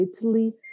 Italy